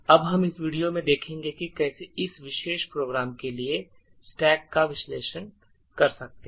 अब हम इस वीडियो में देखेंगे कि कैसे इस विशेष प्रोग्राम के लिए स्टैक का विश्लेषण कर सकते हैं